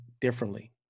differently